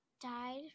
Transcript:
died